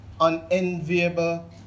unenviable